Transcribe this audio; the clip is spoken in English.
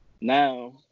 now